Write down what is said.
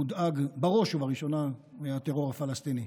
הוא מודאג בראש ובראשונה מהטרור הפלסטיני.